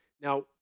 Now